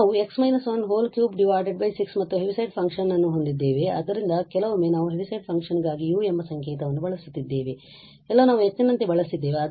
ಆದ್ದರಿಂದ ನಾವು x−1 36ಮತ್ತು ಹೆವಿಸೈಡ್ ಫಂಕ್ಷನ್Heaviside function ಅನ್ನು ಹೊಂದಿದ್ದೇವೆ ಆದ್ದರಿಂದ ಕೆಲವೊಮ್ಮೆ ನಾವು ಹೆವಿಸೈಡ್ ಫಂಕ್ಷನ್ ಗಾಗಿ u ಎಂಬ ಸಂಕೇತವನ್ನು ಬಳಸುತ್ತಿದ್ದೇವೆ ಎಲ್ಲೋ ನಾವು H ನಂತೆ ಬಳಸಿದ್ದೇವೆ